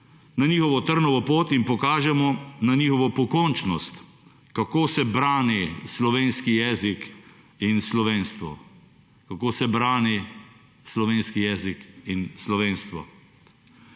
na njihovo trnovo pot in pokažemo na njihovo pokončnost, kako se brani slovenski jezik in slovenstvo.